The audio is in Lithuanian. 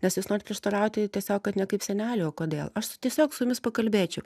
nes jūs nori prieštarauti tiesiog kad ne kaip senelių o kodėl aš su tiesiog su jumis pakalbėčiau